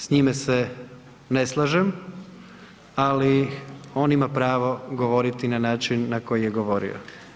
S njime se ne slažem, ali on ima pravo govoriti na način na koji je govorio.